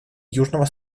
южного